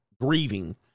grieving